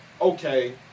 Okay